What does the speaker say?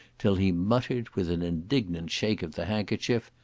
till he muttered, with an indignant shake of the handkerchief,